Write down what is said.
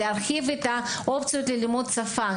להרחיב את האופציות ללימוד שפה.